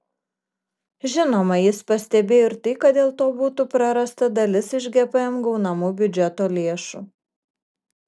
žinoma jis pastebėjo ir tai kad dėl to būtų prarasta dalis iš gpm gaunamų biudžeto lėšų